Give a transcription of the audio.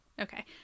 Okay